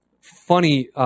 funny